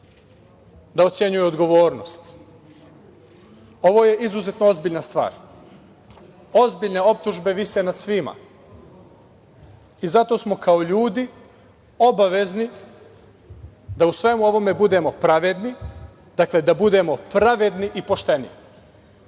da ocenjuje odgovornost. Ovo je izuzetno ozbiljna stvar, ozbiljne optužbe vise nad svima i zato smo kao ljudi obavezni da u svemu ovome budemo pravedni, dakle, da budemo pravedni i pošteni. Izuzetno